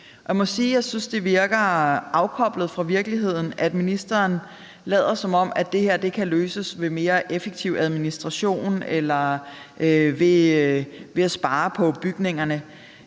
jeg synes, det virker afkoblet fra virkeligheden, at ministeren lader, som om det her kan løses ved en mere effektiv administration eller ved at spare på bygningerne.